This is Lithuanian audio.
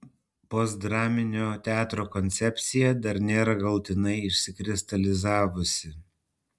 postdraminio teatro koncepcija dar nėra galutinai išsikristalizavusi